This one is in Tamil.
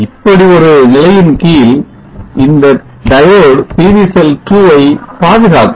இப்படி ஒரு நிலையின் கீழ் இந்த diode PV செல் 2 ஐ பாதுகாக்கும்